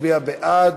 הצביעה בעד.